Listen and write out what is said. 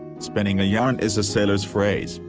spinning a yarn is a sailor's phrase,